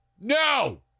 No